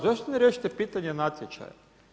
Zašto ne riješite pitanje natječaja?